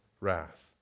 wrath